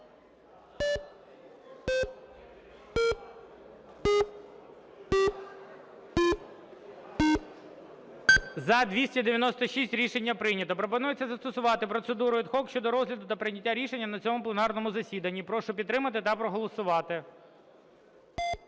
За-296 Рішення прийнято. Пропонується застосувати процедуру ad hoc щодо розгляду та прийняття рішення на цьому пленарному засіданні. Прошу підтримати та проголосувати.